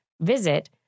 visit